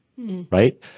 right